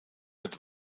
mit